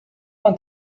want